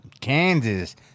Kansas